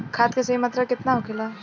खाद्य के सही मात्रा केतना होखेला?